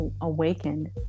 awakened